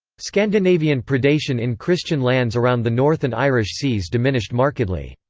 scandinavian predation in christian lands around the north and irish seas diminished markedly.